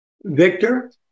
Victor